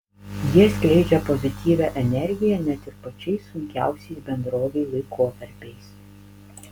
jie skleidžia pozityvią energiją net ir pačiais sunkiausiais bendrovei laikotarpiais